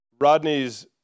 Rodney's